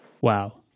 Wow